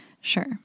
Sure